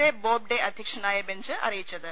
A Bobde അധ്യക്ഷനായ bench അറിയിച്ചത്